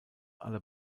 aller